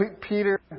Peter